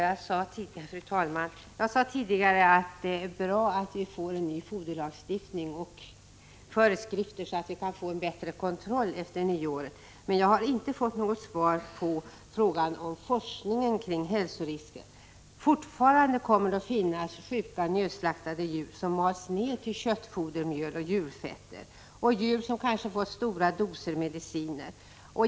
Fru talman! Jag sade tidigare att det är bra att vi får en ny foderlagstiftning och föreskrifter så att vi kan få en bättre kontroll efter nyår. Men jag har inte fått svar på frågan om forskning kring hälsorisker. Fortfarande kommer det att finnas sjuka och nödslaktade djur som mals ned till köttfodermjöl och djurfetter — djur som kanske fått stora doser medicin.